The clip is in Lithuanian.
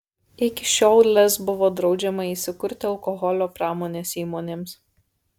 iki šiol lez buvo draudžiama įsikurti alkoholio pramonės įmonėms